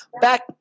back